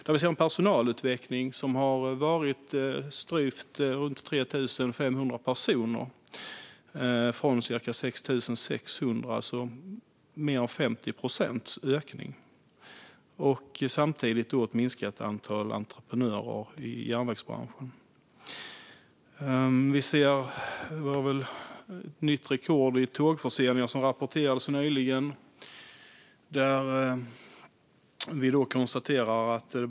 Där har personalökningen varit runt 3 500 personer från cirka 6 600, en ökning med mer än 50 procent. Samtidigt har antalet entreprenörer i järnvägsbranschen minskat. Nyligen rapporterades ett nytt rekord för tågförseningar.